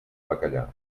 bacallà